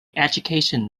education